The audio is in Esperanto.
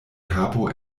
kapo